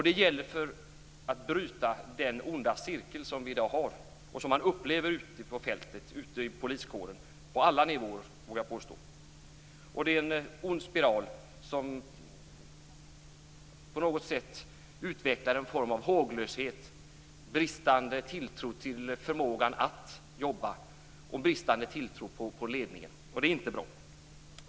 Det gäller att bryta den onda cirkel som vi i dag har och som man upplever ute på fältet i poliskåren på alla nivåer, vågar jag påstå. Det är en ond spiral som på något sätt utvecklar en form av håglöshet. Det är en bristande tilltro till förmågan att jobba, och en bristande tilltro till ledningen. Det är inte bra.